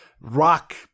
rock